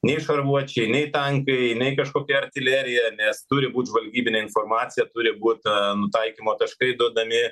nei šarvuočiai nei tankai nei kažkokia artilerija nes turi būt žvalgybinė informacija turi būt ten taikymo taškai duodami